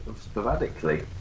Sporadically